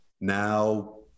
Now